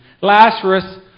Lazarus